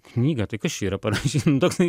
knygą tai kas čia yra parašyt nu toksai